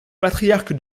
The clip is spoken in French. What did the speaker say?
patriarche